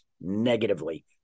negatively